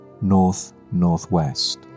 north-northwest